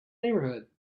neighborhood